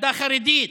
ילדה חרדית.